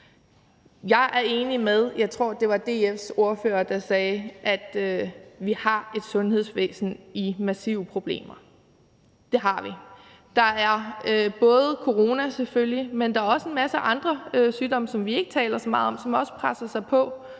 Jeg er enig i det, som DF's ordfører, tror jeg, det var, sagde, nemlig at vi har et sundhedsvæsen i massive problemer. Det har vi. Der er selvfølgelig corona, men der er også en masse andre sygdomme, som vi ikke taler så meget om, som også presser sig på,